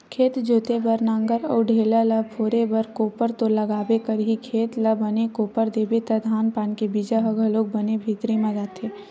खेत जोते बर नांगर अउ ढ़ेला ल फोरे बर कोपर तो लागबे करही, खेत ल बने कोपर देबे त धान पान के बीजा ह घलोक बने भीतरी म जाथे